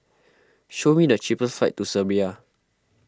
show me the cheapest flights to Serbia